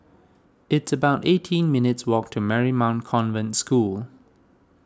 it's about eighteen minutes' walk to Marymount Convent School